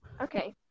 okay